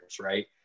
right